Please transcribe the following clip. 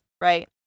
right